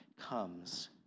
comes